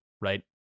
right